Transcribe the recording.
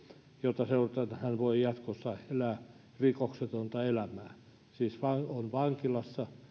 jota seuraten hän voi jatkossa elää rikoksetonta elämää niin jos on ollut vankilassa